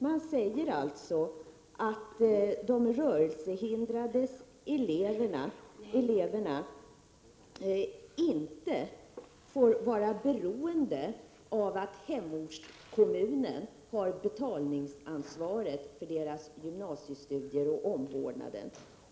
Utskottet anför att de rörelsehindrade eleverna inte får vara beroende av att hemortskommunen har betalningsansvaret för deras gymnasiestudier och för omvårdnaden.